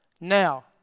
Now